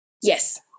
Yes